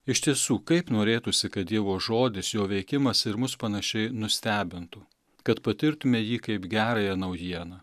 iš tiesų kaip norėtųsi kad dievo žodis jo veikimas ir mus panašiai nustebintų kad patirtume jį kaip gerąją naujieną